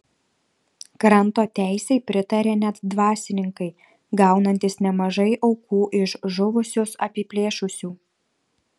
kranto teisei pritarė net dvasininkai gaunantys nemažai aukų iš žuvusius apiplėšusių